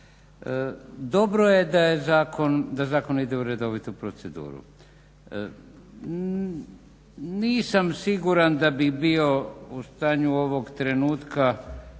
Dobro je da zakon ide u redovitu proceduru. Nisam siguran da bi bio u stanju ovog trenutka